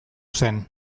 zen